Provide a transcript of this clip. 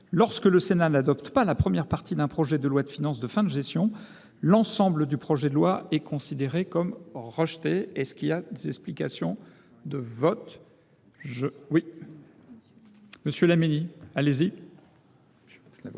lorsque le Sénat n’adopte pas la première partie d’un projet de loi de finances de fin de gestion, l’ensemble du projet de loi est considéré comme rejeté. La parole est à M. Marc Laménie, pour explication de vote.